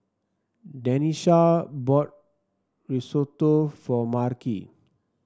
Denisha bought Risotto for Marci